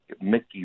Mickey